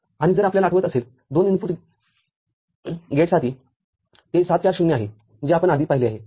आणि जर आपल्याला आठवत असेल दोन इनपुट NAND गेटसाठी ते ७४०० आहे जे आपण आधी पाहिले आहे